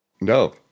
No